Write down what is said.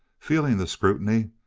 feeling the scrutiny,